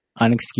unexcused